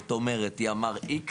זאת אומרת, ימ״ר X